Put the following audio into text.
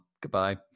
Goodbye